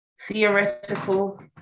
theoretical